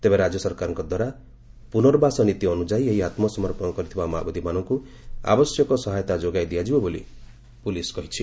ତେବେ ରାଜ୍ୟ ସରକାରଙ୍କ ଦ୍ୱାରା ପୁନର୍ବାସ ନୀତି ଅନୁଯାୟୀ ଏହି ଆତ୍ମସମର୍ପଣ କରିଥିବା ମାଓବାଦୀମାନଙ୍କୁ ଆବଶ୍ୟକ ସହାୟତା ଯୋଗାଇ ଦିଆଯିବ ବୋଲି ପୁଲିସ୍ କହିଛି